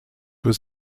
was